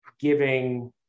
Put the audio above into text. giving